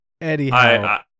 Anyhow